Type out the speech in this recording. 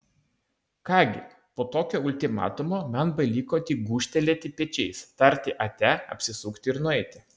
ką gi po tokio ultimatumo man beliko tik gūžtelėti pečiais tarti ate apsisukti ir nueiti